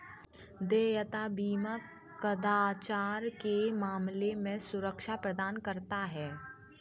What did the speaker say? देयता बीमा कदाचार के मामले में सुरक्षा प्रदान करता है